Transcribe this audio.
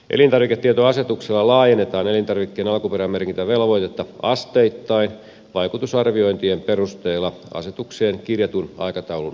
elintarviketietoasetuksella laajennetaan elintarvikkeen alkuperämerkintävelvoitetta asteittain vaikutusarviointien perusteella asetukseen kirjatun aikataulun mukaisesti